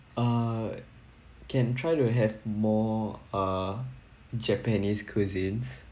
uh can try to have more uh japanese cuisines